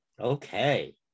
Okay